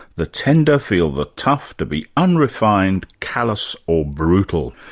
the tender feel the tough to be unrefined, callous or brutal.